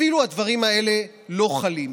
אפילו הדברים האלה לא חלים.